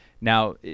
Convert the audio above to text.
Now